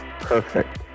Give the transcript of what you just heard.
Perfect